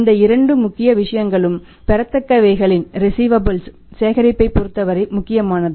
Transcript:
இந்த இரண்டு முக்கிய விஷயங்களும் பெறத்தக்கவைகளின் சேகரிப்பைப் பொருத்தவரை முக்கியமானது